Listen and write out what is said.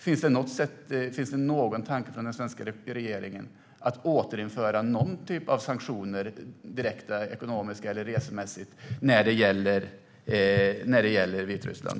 Finns det någon tanke från den svenska regeringen på att återinföra någon typ av sanktioner - direkta, ekonomiska eller resemässiga - när det gäller Vitryssland?